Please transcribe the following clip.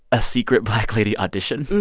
a secret black lady audition